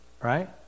Right